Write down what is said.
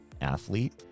athlete